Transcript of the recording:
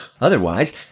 Otherwise